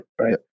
right